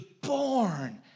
born